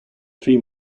three